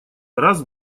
раз